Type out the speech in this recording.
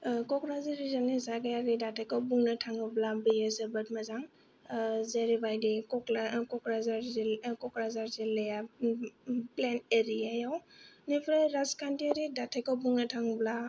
क'क्राझार जिल्लानि जायगायारि दाथायखौ बुंनो थाङोब्ला बेयो जोबोर मोजां जेरैबायदि कक्ला क'क्राझार जि क'क्राझार जिल्लाया प्लेन एरियायाव इनिफ्राय राजखान्थियारि दाथायखौ बुंनो थाङोब्ला